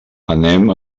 anem